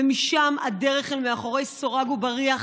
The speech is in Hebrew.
ומשם הדרך אל מאחורי סורג ובריח